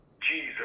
Jesus